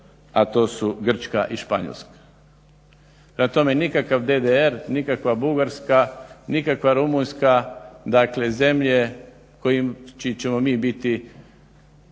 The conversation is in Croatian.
a to su Grčka i Španjolska. Prema tome nikakav DDR, nikakva Bugarska, nikakva Rumunjska, dakle zemlje čiji ćemo mi biti